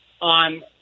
on